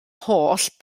holl